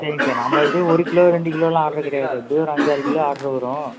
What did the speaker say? சரிங்க சார் நம்ம எப்படியும் ஒரு கிலோ ரெண்டு கிலோவெலாம் ஆர்ட்ரு கிடையாது எப்படியும் அஞ்சாறுக்கிலோ ஆர்ட்ரு வரும்